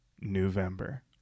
November